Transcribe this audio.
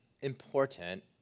important